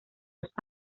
los